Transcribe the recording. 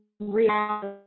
reality